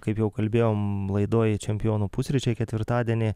kaip jau kalbėjom laidoj čempionų pusryčiai ketvirtadienį